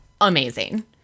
amazing